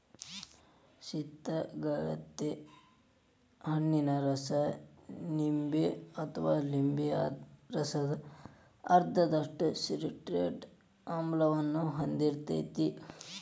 ಕಿತಗತಳೆ ಹಣ್ಣಿನ ರಸ ನಿಂಬೆ ಅಥವಾ ನಿಂಬೆ ರಸದ ಅರ್ಧದಷ್ಟು ಸಿಟ್ರಿಕ್ ಆಮ್ಲವನ್ನ ಹೊಂದಿರ್ತೇತಿ